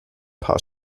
paar